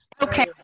Okay